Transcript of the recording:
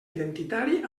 identitari